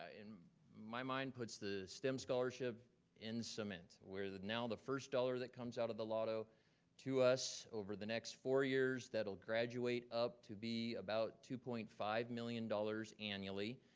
ah in my mind, puts the stem scholarship in cement where now the first dollar that comes out of the lotto to us over the next four years, that'll graduate up to be about two point five million dollars annually.